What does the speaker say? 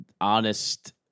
honest